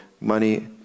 money